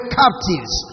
captives